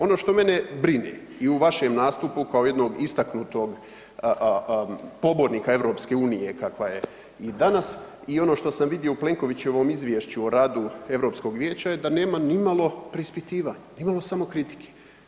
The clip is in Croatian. Ono što mene brine i u vašem nastupu kao jednog istaknutog pobornika Europske Unije kakva je i danas i ono što sam vidio u Plenkovićevom Izvješću o radu Europskog Vijeća da nema ni malo preispitivanja, ni malo samokritike.